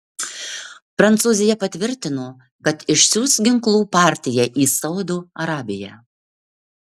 prancūzija patvirtino kad išsiųs ginklų partiją į saudo arabiją